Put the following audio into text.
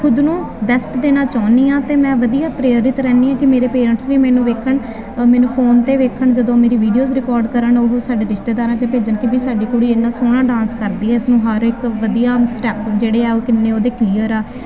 ਖੁਦ ਨੂੰ ਵੈਸਟ ਦੇਣਾ ਚਾਹੁੰਦੀ ਹਾਂ ਅਤੇ ਮੈਂ ਵਧੀਆ ਪ੍ਰੇਰਿਤ ਰਹਿੰਦੀ ਹਾਂ ਕਿ ਮੇਰੇ ਪੇਰੈਂਟਸ ਵੀ ਮੈਨੂੰ ਵੇਖਣ ਮੈਨੂੰ ਫੋਨ 'ਤੇ ਵੇਖਣ ਜਦੋਂ ਮੇਰੀ ਵੀਡੀਓਸ ਰਿਕਾਰਡ ਕਰਨ ਉਹ ਸਾਡੇ ਰਿਸ਼ਤੇਦਾਰਾਂ 'ਚ ਭੇਜਣ ਕਿ ਵੀ ਸਾਡੀ ਕੁੜੀ ਇੰਨਾ ਸੋਹਣਾ ਡਾਂਸ ਕਰਦੀ ਹੈ ਇਸਨੂੰ ਹਰ ਇੱਕ ਵਧੀਆ ਸਟੈਪ ਜਿਹੜੇ ਆ ਉਹ ਕਿੰਨੇ ਉਹਦੇ ਕਲੀਅਰ ਆ